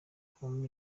kubamo